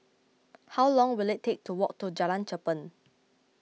how long will it take to walk to Jalan Cherpen